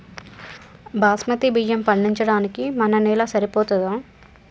బాస్మతి బియ్యం పండించడానికి మన నేల సరిపోతదా?